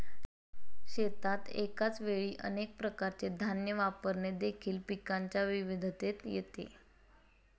शेतात एकाच वेळी अनेक प्रकारचे धान्य वापरणे देखील पिकांच्या विविधतेत येते